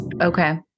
okay